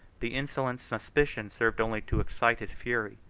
the insolent suspicion served only to excite his fury,